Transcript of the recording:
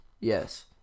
Yes